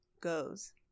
Goes